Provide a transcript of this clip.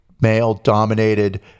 male-dominated